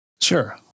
Sure